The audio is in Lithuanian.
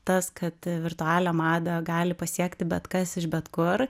tas kad virtualią madą gali pasiekti bet kas iš bet kur